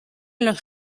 los